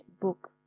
book